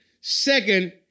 second